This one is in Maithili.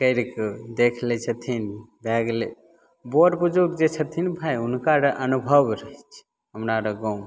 करिके देखि लै छथिन भै गेलै बड़ बुजुर्ग जे छथिन भाइ हुनकर अनुभव रहै छै हमरा आओर गाम